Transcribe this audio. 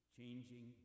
changing